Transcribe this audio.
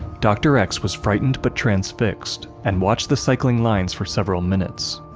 dr. x was frightened but transfixed, and watched the cycling lines for several minutes.